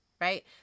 right